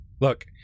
Look